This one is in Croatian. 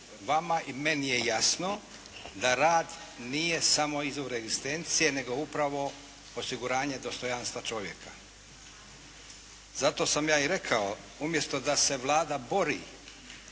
vama i meni je jasno da rad nije samo iz egzistencije nego upravo osiguranje dostojanstva čovjeka. Zato sam ja i rekao umjesto da se Vlada bori